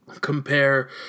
compare